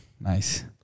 Nice